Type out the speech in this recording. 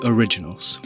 Originals